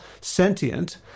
sentient